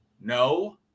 no